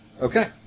Okay